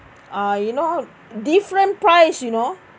uh you know different price you know